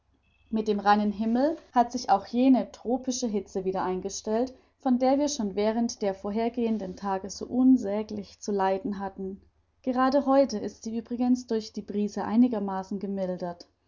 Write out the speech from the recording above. mit dem reinen himmel hat sich auch jene tropische hitze wieder eingestellt von der wir schon während der vorhergehenden tage so unsäglich zu leiden hatten gerade heute ist sie übrigens durch die brise einigermaßen gemildert